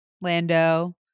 Lando